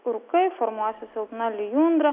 rūkai formuosis silpna lijundra